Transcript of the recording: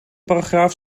paragraaf